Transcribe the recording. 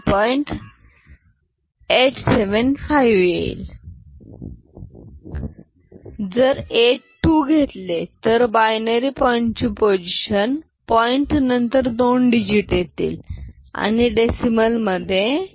875 येईल जर 82 घेतले तर बायनरी पॉईंट ची पोझिशन पॉईंट नंतर 2 डिजिट येतील अणि डेसिमल मधे 39